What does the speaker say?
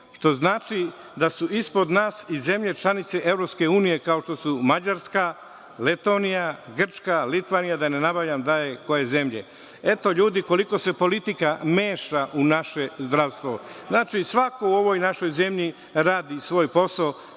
što znači da su ispod nas i zemlje članice EU, kao što su Mađarska, Letonija, Grčka, Litvanija i da ne nabrajam dalje koje zemlje. Eto, ljudi, koliko se politika meša u naše zdravstvo. Znači, svako u ovoj našoj zemlji radi svoj posao,